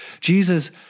Jesus